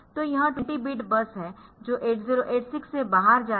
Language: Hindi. यह एक 20 बिट बस है जो 8086 से बाहर जा रही है